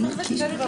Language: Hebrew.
קטעתם את